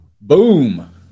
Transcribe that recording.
Boom